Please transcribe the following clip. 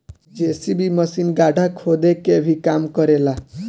JCB machine गड्ढा खोदे के भी काम करे ला